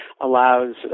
allows